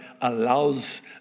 allows